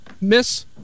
miss